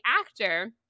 actor